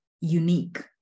unique